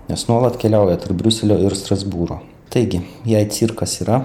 nes nuolat keliauja tarp briuselio ir strasbūro taigi jei cirkas yra